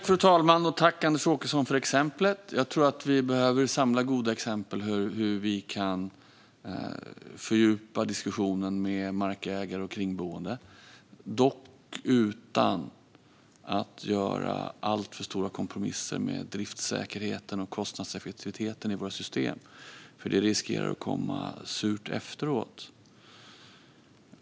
Fru talman! Tack, Anders Åkesson, för exemplet! Vi behöver samla goda exempel för hur vi kan fördjupa diskussionen med markägare och kringboende, dock utan att göra alltför stora kompromisser med driftssäkerheten och kostnadseffektiviteten i våra system. Det riskerar att komma surt efteråt.